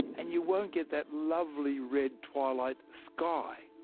and you won't get that lovely red twilight sky.